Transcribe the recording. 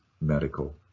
medical